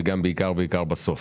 לגבי מה שאמרת בסוף,